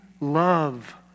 love